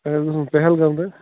اَسہِ اوس گَژھُن پہلگام تانۍ